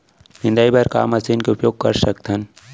निंदाई बर का मशीन के उपयोग कर सकथन?